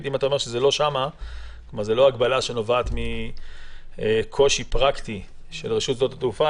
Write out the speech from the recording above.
אם אתה אומר שזו לא הגבלה שנובעת מקושי פרקטי של רשות שדות התעופה